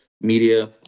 media